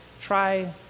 try